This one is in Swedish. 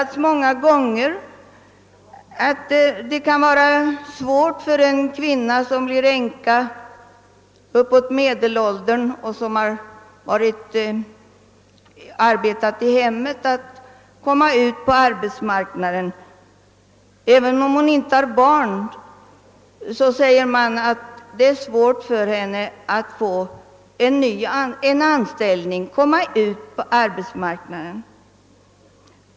Det har många gånger hävdats att det kan vara svårt för en kvinna, som blir änka uppåt medelåldern och som har arbetat i hemmet, att komma ut på ar betsmarknaden. Det gäller även om hon inte har barn. Det är svårt för henne att få en anställning, att komma ut på arbetsmarknaden.